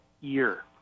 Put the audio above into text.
year